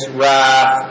wrath